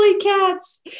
cats